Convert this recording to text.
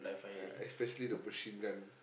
uh especially the machine-gun